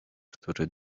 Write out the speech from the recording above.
który